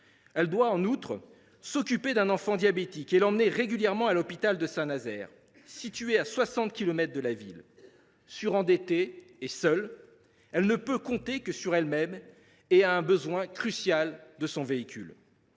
Elle doit, en outre, s’occuper d’un enfant diabétique et l’emmener régulièrement à l’hôpital de Saint Nazaire, situé à 60 kilomètres de la ville. Surendettée et seule, elle ne peut compter que sur elle même et elle a un besoin crucial de son véhicule.